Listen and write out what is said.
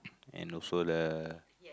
and also the